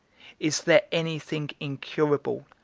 is there any thing incurable,